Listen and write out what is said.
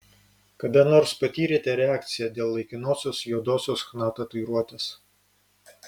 kada nors patyrėte reakciją dėl laikinosios juodosios chna tatuiruotės